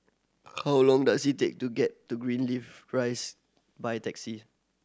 how long does it take to get to Greenleaf Rise by taxi